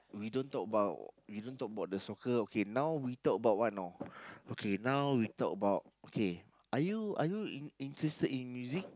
we don't talk about we don't talk about the soccer okay now we talk about what know okay now we talk about okay are you are you in interested in music